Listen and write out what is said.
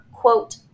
quote